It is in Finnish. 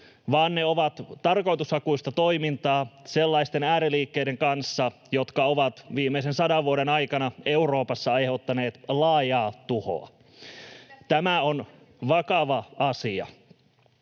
vaan ne ovat tarkoitushakuista toimintaa sellaisten ääriliikkeiden kanssa, jotka ovat viimeisen sadan vuoden aikana Euroopassa aiheuttaneet laajaa tuhoa. [Jenna Simula: